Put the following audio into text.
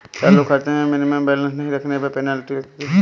चालू खाते में मिनिमम बैलेंस नहीं रखने पर पेनल्टी लगती है